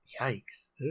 Yikes